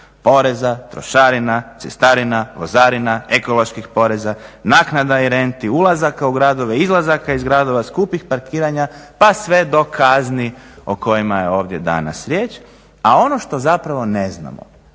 poreza, trošarina, cestarina, vozarina, ekoloških poreza, naknada i renti, ulazaka u gradove, izlazaka iz gradova, skupih parkiranja pa sve do kazni o kojima je ovdje danas riječ. A ono što zapravo ne znamo